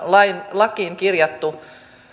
lakiin kirjattu